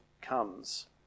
comes